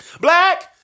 Black